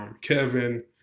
Kevin